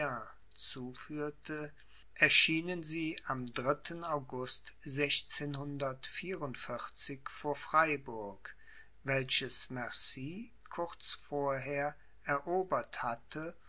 zuführte erschienen sie am august vor freiburg welches mercy kurz vorher erobert hatte